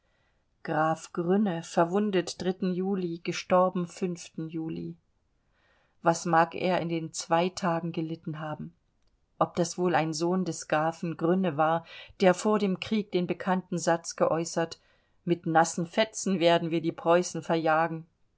graf grünne verwundet juli gestorben juli was mag er in den zwei tagen gelitten haben ob das wohl ein sohn des grafen grünne war der vor dem krieg den bekannten satz geäußert mit nassen fetzen werden wir die preußen verjagen